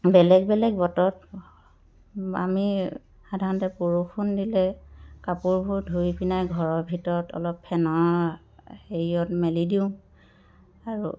বেলেগ বেলেগ বতৰত আমি সাধাৰণতে বৰষুণ দিলে কাপোৰবোৰ ধুই পিনাই ঘৰৰ ভিতৰত অলপ ফেনৰ হেৰিয়ত মেলি দিওঁ আৰু